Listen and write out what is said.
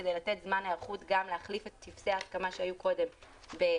כדי לתת זמן היערכות להחליף את טופסי ההסכמה שהיו קודם בדרך